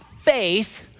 faith